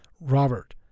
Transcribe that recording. Robert